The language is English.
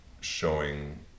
showing